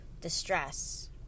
Distress